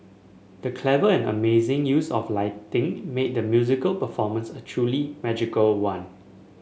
the clever and amazing use of lighting made the musical performance a truly magical one